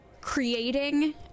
creating